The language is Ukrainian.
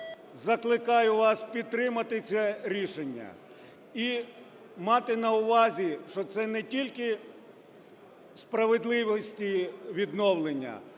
закликаю вас підтримати це рішення і мати на увазі, що це не тільки справедливості відновлення,